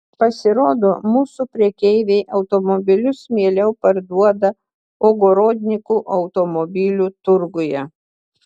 pasirodo mūsų prekeiviai automobilius mieliau parduoda ogorodnikų automobilių turguje